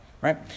right